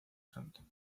santo